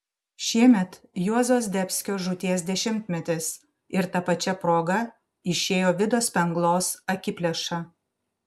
šiemet juozo zdebskio žūties dešimtmetis ir ta pačia proga išėjo vido spenglos akiplėša